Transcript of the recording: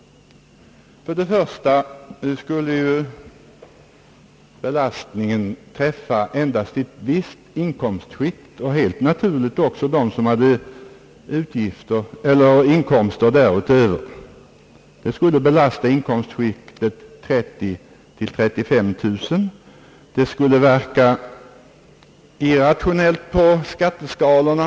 För det första skulle ju belastningen träffa endast inkomsttagare från och med skiktet 30 000— 35 000 kronor. Det skulle verka irrationellt på skatteskalorna.